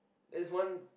it's one